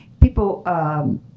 People